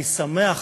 אני שמח